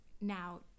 now